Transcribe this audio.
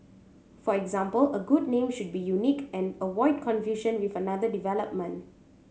for example a good name should be unique and avoid confusion with another development